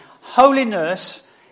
Holiness